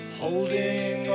holding